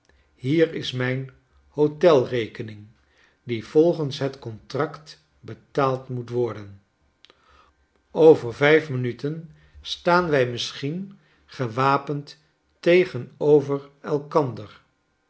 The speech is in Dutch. hier is mijn hotelrekening die volgens het contract betaald moet worden over vijf minuten staan wij misschien gewapend tegenover elkander